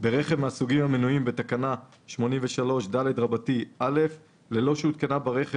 ברכב מהסוגים המנויים בתקנה 83ד(א) ללא שהותקנה ברכב